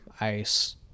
Ice